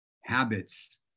habits